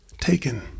taken